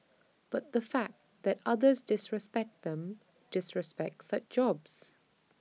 but the fact that others disrespect them disrespect such jobs